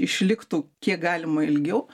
išliktų kiek galima ilgiau